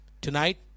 tonight